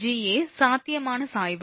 Ga சாத்தியமான சாய்வு